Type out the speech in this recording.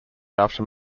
after